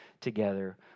together